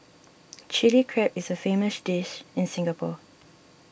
Chilli Crab is a famous dish in Singapore